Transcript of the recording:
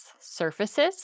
Surfaces